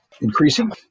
increasing